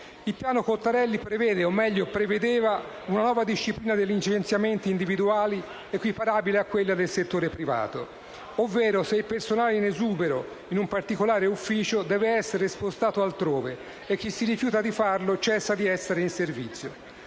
Il piano Cottarelli prevede, o meglio prevedeva una nuova disciplina dei licenziamenti individuali equiparabile a quella del settore privato. Ovvero, se il personale è in esubero in un particolare ufficio deve essere spostato altrove e chi si rifiuta di farlo cessa di essere in servizio.